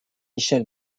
michel